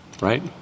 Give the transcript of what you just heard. Right